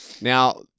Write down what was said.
Now